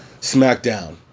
SmackDown